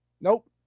Nope